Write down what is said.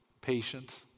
patient